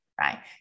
right